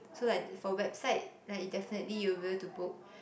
so like for website like definitely you'll be able to book